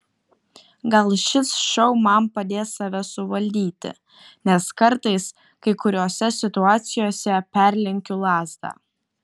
gal šis šou man padės save suvaldyti nes kartais kai kuriose situacijose perlenkiu lazdą